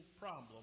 problem